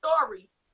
stories